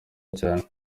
cyane